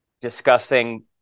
discussing